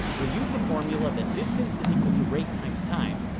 we'll use the formula that distance is equal to rate times time,